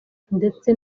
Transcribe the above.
ndetse